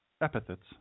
epithets